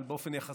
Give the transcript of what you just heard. אבל באופן יחסי,